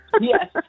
Yes